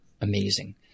amazing